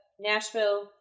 Nashville